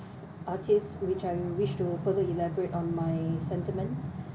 artists which I wish to further elaborate on my sentiment